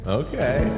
okay